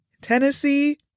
Tennessee